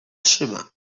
trzyma